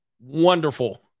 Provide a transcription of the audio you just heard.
Wonderful